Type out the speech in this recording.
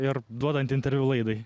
ir duodant interviu laidai